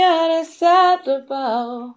unacceptable